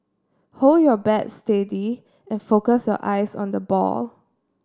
hold your bat steady and focus your eyes on the ball